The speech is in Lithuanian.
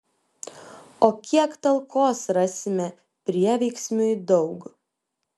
o kiek talkos rasime prieveiksmiui daug